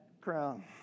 crown